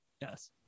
Yes